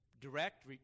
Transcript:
direct